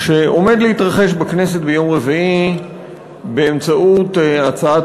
שעומד להתרחש בכנסת ביום רביעי באמצעות הצעת